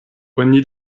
oni